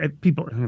people